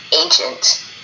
ancient